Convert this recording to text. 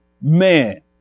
Man